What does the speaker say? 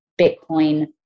Bitcoin